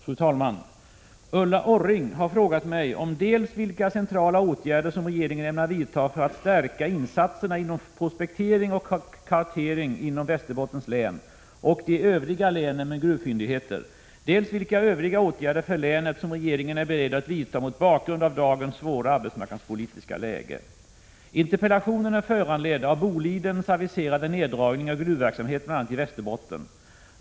Fru talman! Ulla Orring har frågat mig dels vilka centrala åtgärder som regeringen ämnar vidta för att stärka insatserna inom prospektering och kartering inom Västerbottens län och de övriga länen med gruvfyndigheter, dels vilka övriga åtgärder för länet som regeringen är beredd att vidta mot bakgrund av dagens svåra arbetsmarknadspolitiska läge. Interpellationen är föranledd av Bolidens aviserade neddragning av gruvverksamheten bl.a. i Västerbotten.